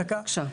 בבקשה.